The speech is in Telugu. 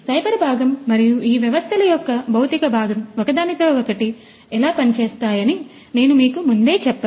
సైబర్ భాగం మరియు ఈ వ్యవస్థల యొక్క భౌతిక భాగం ఒకదానితో ఒకటి ఎలా పనిచేస్తాయని నేను మీకు ముందే చెప్పాను